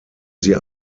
sie